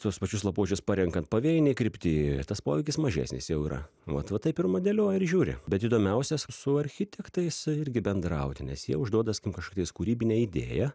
tuos pačius lapuočius parenkant pavėjinėj krypty tas poveikis mažesnis jau yra vat va taip ir modeliuoji ir žiūri bet įdomiausias su architektais irgi bendrauti nes jie užduoda sakim kažkokią tais kūrybinę idėją